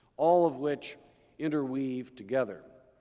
all of which interweave together.